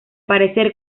parecer